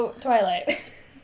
Twilight